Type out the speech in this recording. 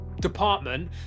department